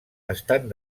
estan